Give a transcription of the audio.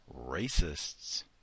racists